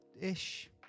ish